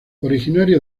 originario